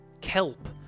Kelp